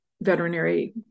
veterinary